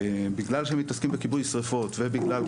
ובגלל שמתעסקים בכיבוי שריפות ובגלל,